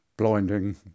blinding